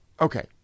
okay